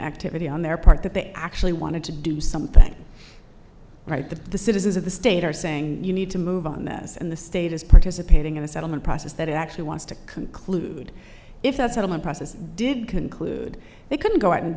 activity on their part that they actually wanted to do something right the the citizens of the state are saying you need to move on that and the state is participating in the settlement process that actually wants to conclude if that settlement process did conclude they couldn't go out and